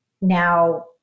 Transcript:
now